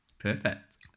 Perfect